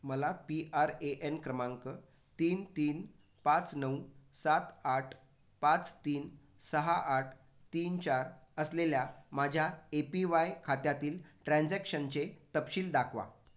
मला P R A N क्रमांक तीन तीन पाच नऊ सात आठ पाच तीन सहा आठ तीन चार असलेल्या माझ्या ए पी वाय खात्यातील ट्रान्झॅक्शनचे तपशील दाखवा